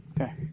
okay